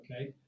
okay